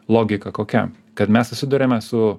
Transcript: logika kokia kad mes susiduriame su